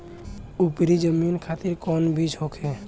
उपरी जमीन खातिर कौन बीज होखे?